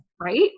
right